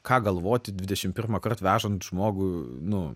ką galvoti dvidešim pirmą kart vežant žmogų nu